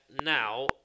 Now